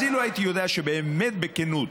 אז אילו הייתי יודע שבאמת, בכנות,